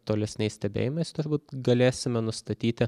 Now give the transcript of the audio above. tolesniais stebėjimais turbūt galėsime nustatyti